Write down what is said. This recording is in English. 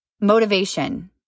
Motivation